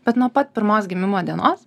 bet nuo pat pirmos gimimo dienos